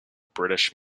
british